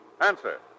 answer